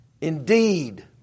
Indeed